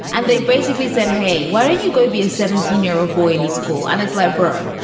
and they've basically said, hey, what are you gonna be a seventeen year old boy and in school? and it's labor.